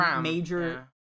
major